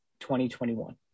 2021